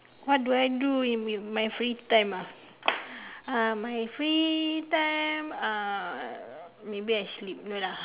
what do I do in me my free time ah uh my free time maybe I sleep no lah